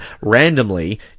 randomly